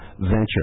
venture